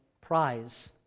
prize